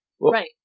Right